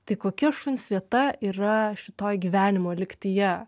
tai kokia šuns vieta yra šitoj gyvenimo lygtyje